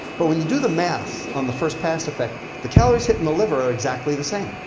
but when you do the math on the first pass effect the calories hitting the liver are exactly the same.